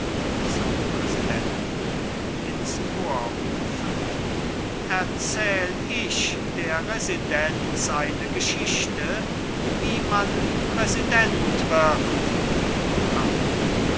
rufend erzähl ich der residenz eine geschichte wie man präsident wird